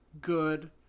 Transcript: good